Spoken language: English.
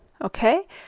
okay